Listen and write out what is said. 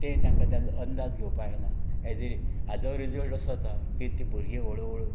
तें तांकां ताजो अंदाज घेवपाक येना हाजो हाजो रिजल्ट असो जाता की ती भुरगीं हळुहळू